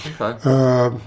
Okay